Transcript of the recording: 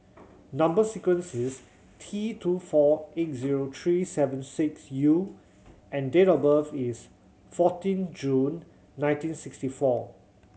number sequence is T two four eight zero three seven six U and date of birth is fourteen June nineteen sixty four